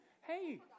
hey